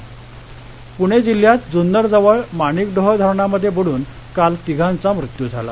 बडन मत्य पूणे जिल्ह्यात जुन्नरजवळ माणिकडोह धरणामध्ये बुडून काल तिघांचा मृत्यू झाला